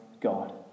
God